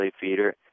feeder